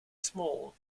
small